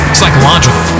psychological